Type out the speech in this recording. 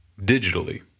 digitally